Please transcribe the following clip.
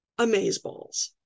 amazeballs